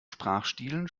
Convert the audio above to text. sprachstilen